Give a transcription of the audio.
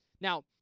Now